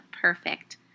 perfect